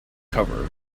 cover